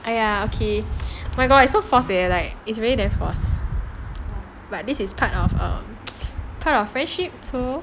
!aiya! okay my god it's so forced leh like it's really damn forced but this is part of apart of friendship so